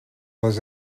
les